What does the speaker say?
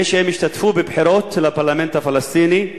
זה שהם השתתפו בבחירות לפרלמנט הפלסטיני,